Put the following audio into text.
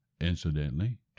Incidentally